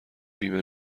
بیمه